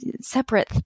separate